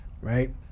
right